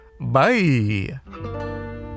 Bye